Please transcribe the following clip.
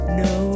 no